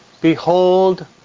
Behold